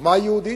חוכמה יהודית.